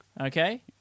okay